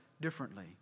differently